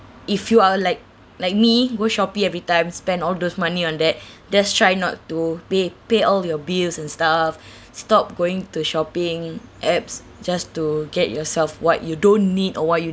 if you are like like me go shopee every time spend all those money on that just try not to pay pay all your bills and stuff stop going to shopping apps just to get yourself what you don't need or what you